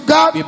God